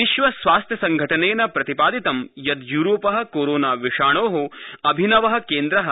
विश्व स्वास्थ्य संघटनेन प्रतिपादितं यत् यूरोप कोरोना विषाणो अभिनव केन्द्र जात